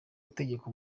ategeka